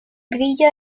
brillo